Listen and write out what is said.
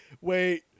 wait